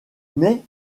mais